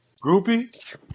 Groupie